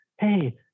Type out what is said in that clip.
hey